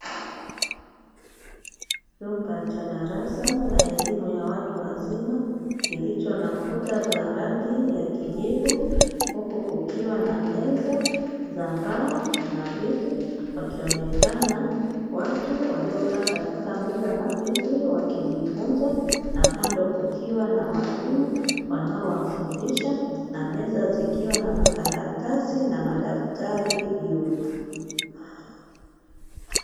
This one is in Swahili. Chumba cha darasa la watu wa elimu ya watu wazima kilicho na kuta cha rangi ya kijivu, huku kukiwa na meza za mbao na viti, wakionekana watu waliokaa katika meza na viti wakijifunza na kando kukiwa na waalimu wanaowafundisha na meza zikiwa na makaratasi na madaftari juu.